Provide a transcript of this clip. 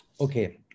Okay